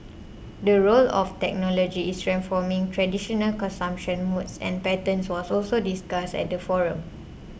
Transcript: the role of technology is transforming traditional consumption modes and patterns was also discussed at the forum